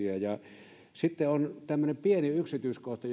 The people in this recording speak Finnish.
jo muutakin intressiä sitten on tämmöinen pieni yksityiskohta